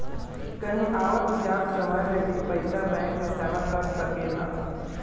कहीं आवत जात समय में भी पइसा बैंक में जमा कर सकेलऽ